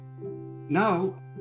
now